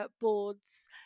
boards